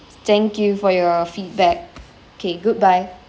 thank you for your feedback okay goodbye